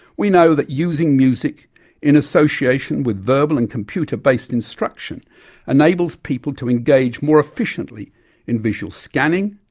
we know that using music in association with verbal and computer-based instruction enables people to engage more efficiently in visual scanning,